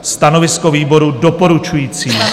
Stanovisko výboru: doporučující.